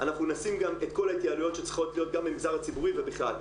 אנחנו נשים גם את כל ההתייעלויות שצריכות להיות במגזר הציבורי ובכלל.